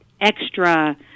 extra